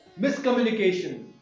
miscommunication